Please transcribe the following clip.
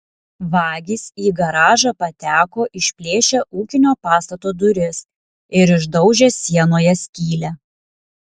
vagys į garažą pateko išplėšę ūkinio pastato duris ir išdaužę sienoje skylę